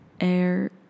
air